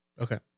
Okay